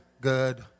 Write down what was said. good